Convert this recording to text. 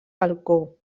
balcó